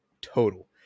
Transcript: total